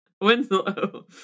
Winslow